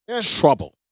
trouble